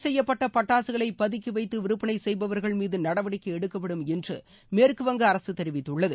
செய்யப்பட்ட பட்டாககளை பதுக்கிவைத்து விற்பனை செய்பவர்கள் மீது நடவடிக்கை தடை எடுக்கப்படும் என்று மேற்குவங்க அரசு தெரிவித்துள்ளது